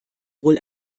wohl